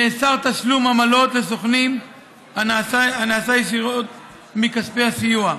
נאסר תשלום עמלות לסוכנים הנעשה ישירות מכספי הסיוע,